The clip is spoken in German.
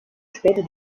später